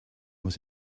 was